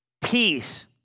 Peace